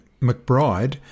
McBride